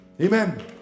amen